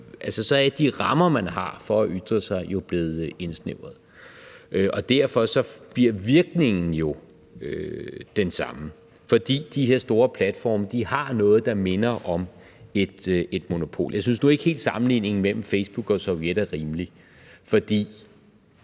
så er de rammer, man har for at ytre sig, jo blevet indsnævret, og derfor bliver virkningen jo den samme, fordi de her store platforme har noget, der minder om et monopol. Jeg synes nu ikke helt, sammenligningen mellem Facebook og Sovjet er rimelig, fordi